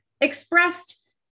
expressed